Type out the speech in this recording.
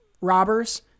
robbers